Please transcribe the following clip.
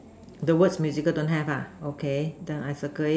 the word musical don't have ah okay then I circle it